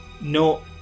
no